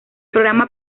programa